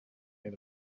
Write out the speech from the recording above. near